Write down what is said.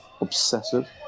obsessive